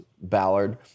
Ballard